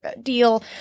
deal